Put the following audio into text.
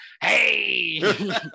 Hey